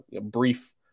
brief